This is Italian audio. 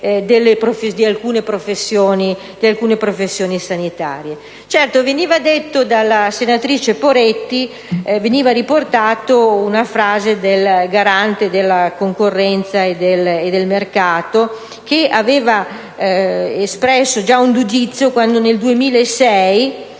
di alcune professioni sanitarie. Certo, veniva riportata dalla senatrice Poretti una frase del Garante della concorrenza e del mercato, che aveva espresso già un giudizio quando nel 2006